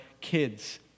kids